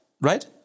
right